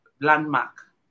landmark